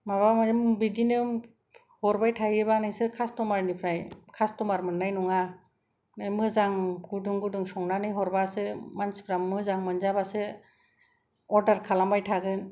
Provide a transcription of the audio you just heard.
माबामोन बिदिनो हरबाय थायोबा नोंसोर कासटमारनिफ्राय कासटमार मोननाय नङा नों मोजां गुदुं गुदुं संनानै हरबासो मान्थिफ्रा मोजां मोनजाबासो अर्डार खालामबाय थागोन